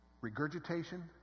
regurgitation